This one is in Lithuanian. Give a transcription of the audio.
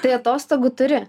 tai atostogų turi